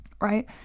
right